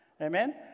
amen